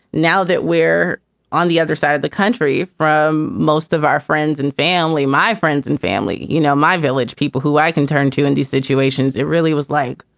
now that we're on the other side of the country, from most of our friends and family, my friends and family, you know, my village people who i can turn to in these situations. it really was like,